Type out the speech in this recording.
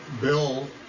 Bill